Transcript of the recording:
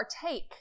partake